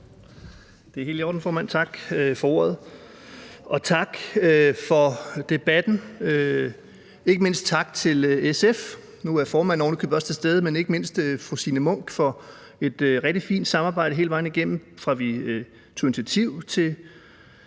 Jacob Jensen (V): Tak for ordet, og tak for debatten, ikke mindst tak til SF – nu er SF's formand ovenikøbet også til stede – og ikke mindst tak til fru Signe Munk for et rigtig fint samarbejde hele vejen igennem, fra vi tog initiativ til